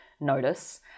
notice